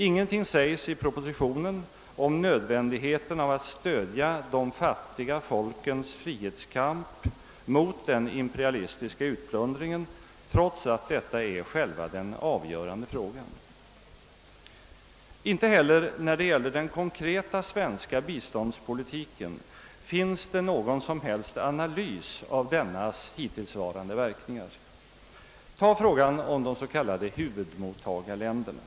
Ingenting sägs i propositionen om nödvändigheten av att stödja de fattiga folkens frihetskamp mot den imperialistiska utplundringen, trots att detta är själva den avgörande frågan. Inte heller när det gäller den konkreta svenska biståndspolitiken finns det någon analys av dennas hittillsvarande verkningar. Tag frågan om de s.k. huvudmottagarländerna!